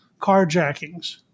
carjackings